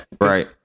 Right